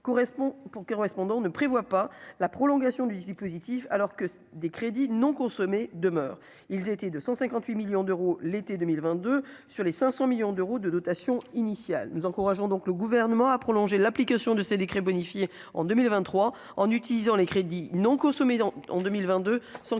correspond pour que, cependant, ne prévoit pas la prolongation du positif, alors que des crédits non consommés demeure, ils étaient de 158 millions d'euros, l'été 2022 sur les 500 millions d'euros de dotation initiale, nous encourageons donc le gouvernement. Prolonger l'application de ce décret bonifie en 2023 en utilisant les crédits non consommés dans en 2022, sans qu'il